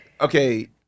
okay